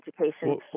education